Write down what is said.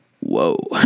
whoa